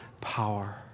power